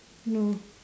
no